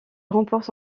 remporte